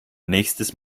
nächstes